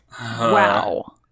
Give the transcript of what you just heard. Wow